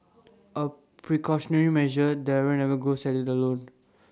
A precautionary measure Darren never goes at IT alone